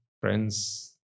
Friends